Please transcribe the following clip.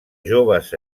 joves